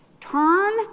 Turn